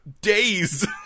days